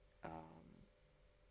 um